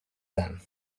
done